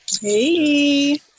Hey